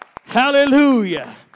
Hallelujah